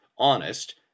honest